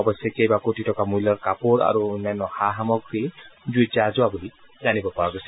অৱশ্যে কেইবা কোটি টকা মূল্যৰ কাপোৰ আৰু অন্যান্য সা সামগ্ৰীত জুইত জাহ যোৱা বুলি জানিব পৰা গৈছে